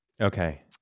okay